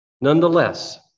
Nonetheless